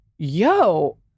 Yo